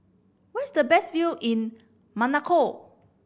where is the best view in Monaco